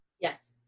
Yes